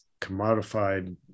commodified